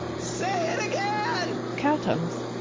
say it again. cow tunnels